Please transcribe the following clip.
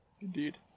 Indeed